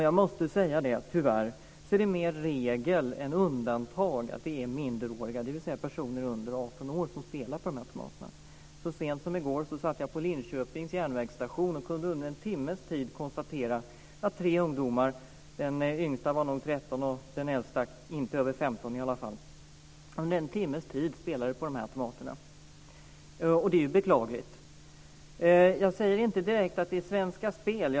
Jag måste tyvärr säga att det är mer regel än undantag att det är minderåriga, dvs. personer under 18 år, som spelar på de här automaterna. Så sent som i går satt jag på Linköpings järnvägsstation. Jag kunde konstatera att tre ungdomar, den yngsta var nog 13 år och den äldsta inte över 15 år, spelade på de här automaterna under en timmes tid, och det är ju beklagligt.